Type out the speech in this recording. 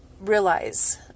realize